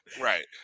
Right